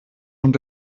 und